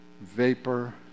vapor